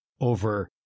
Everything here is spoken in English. over